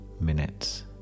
minutes